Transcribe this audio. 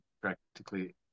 practically